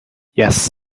yes